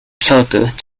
kyoto